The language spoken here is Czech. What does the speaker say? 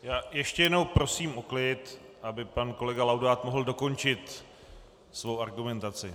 Já ještě jednou prosím o klid, aby pan kolega Laudát mohl dokončit svou argumentaci.